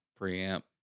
preamp